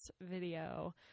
video